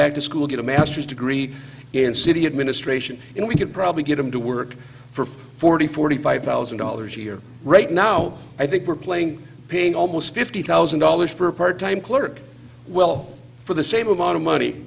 back to school get a masters degree in city administration and we could probably get them to work for forty forty five thousand dollars a year right now i think we're playing paying almost fifty thousand dollars for a part time clerk well for the same amount of money